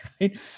right